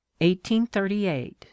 1838